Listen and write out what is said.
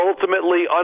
ultimately